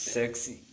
sexy